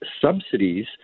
subsidies